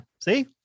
See